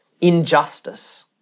Injustice